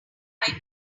time